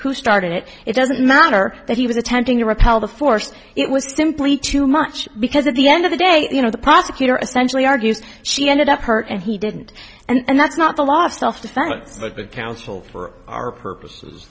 who started it it doesn't matter that he was attempting to repel the force it was simply too much because at the end of the day you know the prosecutor essentially argues she ended up hurt and he didn't and that's not the law self defense but the counsel for our purposes